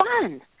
fun